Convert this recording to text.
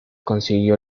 consiguió